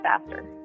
faster